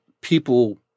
people